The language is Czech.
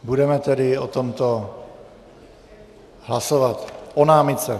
Budeme tedy o tomto hlasovat, o námitce.